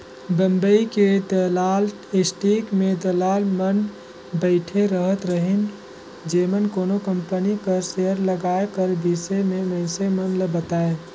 बंबई के दलाल स्टीक में दलाल मन बइठे रहत रहिन जेमन कोनो कंपनी कर सेयर लगाए कर बिसे में मइनसे मन ल बतांए